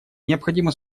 необходимо